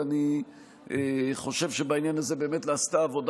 ואני חושב שבעניין הזה באמת נעשתה עבודה